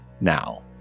now